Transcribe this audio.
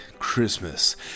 Christmas